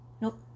Nope